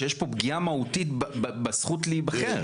שיש פה פגיעה מהותית בזכות להיבחר.